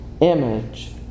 image